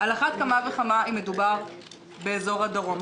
על אחת כמה וכמה אם מדובר באזור הדרום.